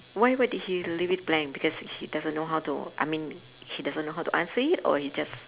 why why did he leave it blank because he doesn't know how to I mean he doesn't know to answer it or he just